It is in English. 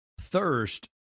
thirst